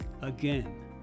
again